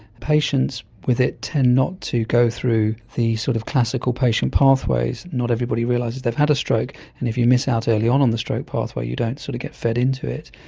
patients with it tend not to go through the sort of classical patient pathways. not everybody realises they've had a stroke, and if you miss out early on on the stroke pathway you don't sort of get fed into it.